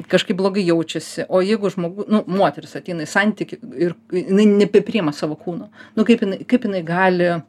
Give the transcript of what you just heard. kažkaip blogai jaučiasi o jeigu žmog nu moteris ateina į santykį ir jinai nebepriima savo kūno nu kaip jinai kaip jinai gali